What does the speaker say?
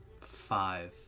Five